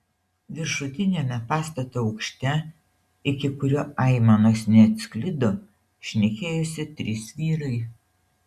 viršutiniame pastato aukšte iki kurio aimanos neatsklido šnekėjosi trys vyrai